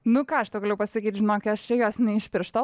nu ką aš tau galiu pasakyt žinok aš čia juos ne iš piršto